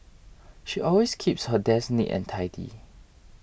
she always keeps her desk neat and tidy